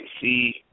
see